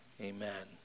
amen